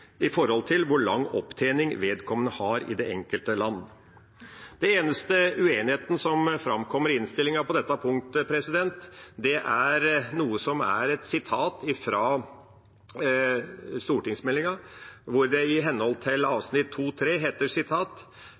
hvor lang opptjening vedkommende har i det enkelte land. Den eneste uenigheten som framkommer i innstillinga på dette punktet, er knyttet til et sitat i stortingsmeldinga, hvor regjeringa i henhold til avsnitt